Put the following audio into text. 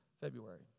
February